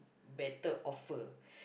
better offer